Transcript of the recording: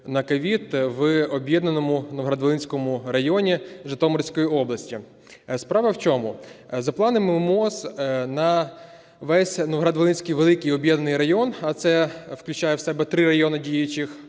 на COVID в об'єднаному Новоград-Волинському районі Житомирської області. Справа в чому. За планами МОЗ на весь Новоград-Волинський великий об'єднаний район, а це включає в себе три райони діючих: